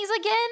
again